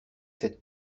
cette